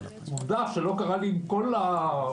עובדה שלא קרה לי עם כל המזכירות,